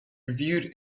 reviewed